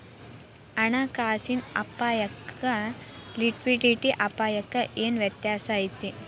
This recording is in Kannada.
ಹಣ ಕಾಸಿನ್ ಅಪ್ಪಾಯಕ್ಕ ಲಿಕ್ವಿಡಿಟಿ ಅಪಾಯಕ್ಕ ಏನ್ ವ್ಯತ್ಯಾಸಾ ಐತಿ?